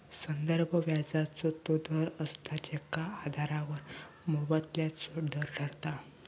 संदर्भ व्याजाचो तो दर असता जेच्या आधारावर मोबदल्याचो दर ठरता